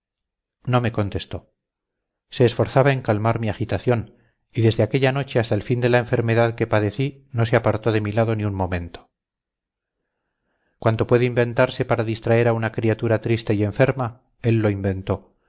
no me contestó se esforzaba en calmar mi agitación y desde aquella noche hasta el fin de la enfermedad que padecí no se apartó de mi lado ni un momento cuanto puede inventarse para distraer a una criatura triste y enferma él lo inventó